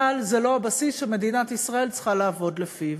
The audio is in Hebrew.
אבל זה לא הבסיס שמדינת ישראל צריכה לעבוד לפיו,